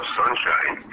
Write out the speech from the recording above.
sunshine